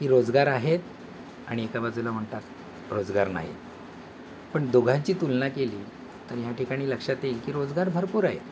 की रोजगार आहेत आणि एका बाजूला म्हणतात रोजगार नाही पण दोघांची तुलना केली तर ह्या ठिकाणी लक्षात येईल की रोजगार भरपूर आहेत